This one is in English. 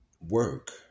work